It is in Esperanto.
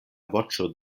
voĉo